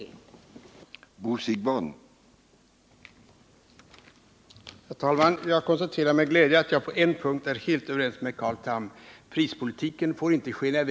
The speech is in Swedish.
2 mars 1979